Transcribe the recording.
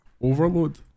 Overload